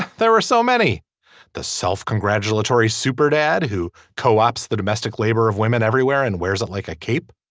there are so many the self-congratulatory super dad who co-ops the domestic labor of women everywhere and wears it like a cape